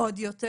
עוד יותר.